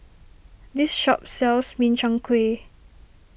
this shop sells Min Chiang Kueh